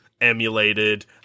emulated